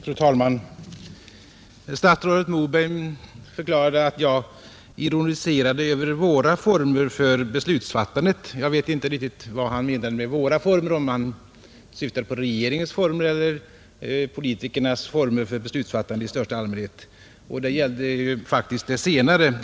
Fru talman! Statsrådet Moberg förklarade, att jag ironiserade över ”våra” former för beslutsfattandet. Jag vet inte riktigt om han syftade på regeringens former eller på politikernas former för beslutsfattande i största allmänhet. Det gällde faktiskt det senare.